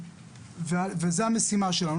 וזו המשימה שלנו.